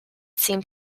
seemed